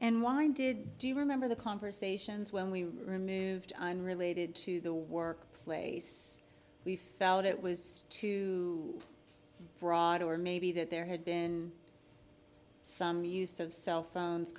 and why did do you remember the conversations when we removed unrelated to the workplace we felt it was too broad or maybe that there had been some use of cell phones